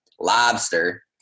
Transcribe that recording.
lobster